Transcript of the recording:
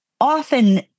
Often